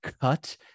cut